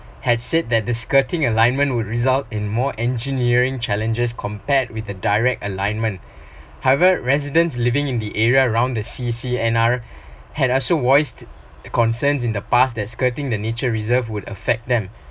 had said that the skirting alignment would result in more engineering challenges compared with the direct alignment however residents living in the area around the C_C_N_R had also voiced concerns in the past that skirting the nature reserve would affect them